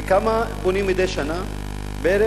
כמה בונים מדי שנה בערך?